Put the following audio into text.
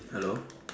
hello